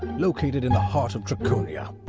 located in the heart of draconia.